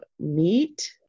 meet